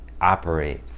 operate